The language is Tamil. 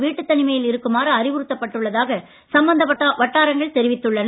வீட்டுத் தனிமையில் இருக்குமாறு அறிவுறுத்தப் பட்டுள்ளதாக சம்பந்தப்பட்ட வட்டாரங்கள் தெரிவித்துள்ளன